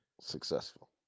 successful